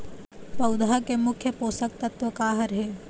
पौधा के मुख्य पोषकतत्व का हर हे?